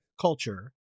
culture